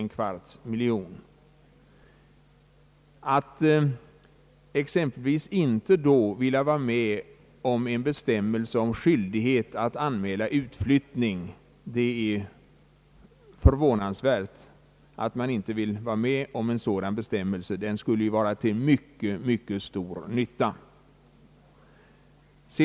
Det är då förvånansvärt att man exempelvis inte vill vara med om en bestämmelse om skyldighet att anmäla utflyttning. Den skulle ju vara till mycket stor nytta.